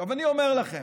אני אומר לכם,